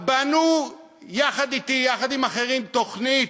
בנו, יחד אתי, יחד עם אחרים, תוכנית: